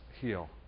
heal